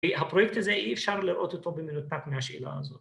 ‫והפרויקט הזה, אי אפשר לראות אותו ‫במנותק מהשאלה הזאת.